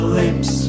lips